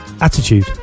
attitude